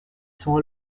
sont